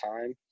time